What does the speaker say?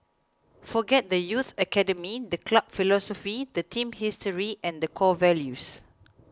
forget the youth academy the club philosophy the team's history and the core values